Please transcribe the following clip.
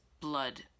blood